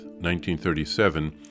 1937